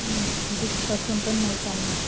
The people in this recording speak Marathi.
नाही गिफ्ट पाठवून पण नाही चालणार